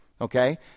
Okay